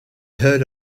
heard